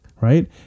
right